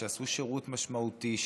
שעשו שירות משמעותי,